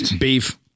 beef